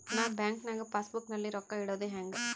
ನಾ ಬ್ಯಾಂಕ್ ನಾಗ passbook ನಲ್ಲಿ ರೊಕ್ಕ ಇಡುದು ಹ್ಯಾಂಗ್?